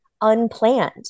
unplanned